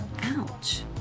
Ouch